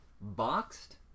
boxed